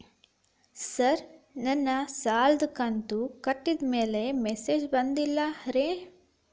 sir ನನ್ನ ಸಾಲದ ಕಂತು ಕಟ್ಟಿದಮೇಲೆ ಮೆಸೇಜ್ ಬಂದಿಲ್ಲ ರೇ